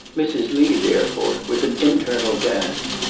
mrs. lee, therefore, with an internal gasp,